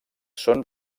són